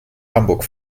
hamburg